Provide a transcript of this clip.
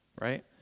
right